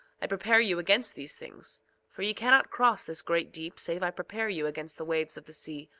i prepare you against these things for ye cannot cross this great deep save i prepare you against the waves of the sea,